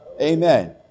Amen